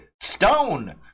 Stone